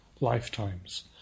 lifetimes